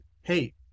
hey